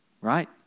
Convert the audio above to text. right